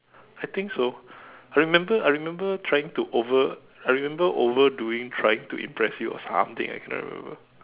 I think so I remember I remember trying to over I remember over doing trying to impress you or something I cannot remember